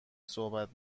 صحبت